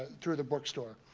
through the bookstore.